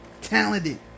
Talented